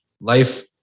life